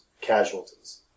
casualties